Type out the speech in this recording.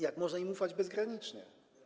Jak można im ufać bezgranicznie?